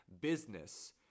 business